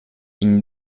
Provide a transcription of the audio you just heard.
une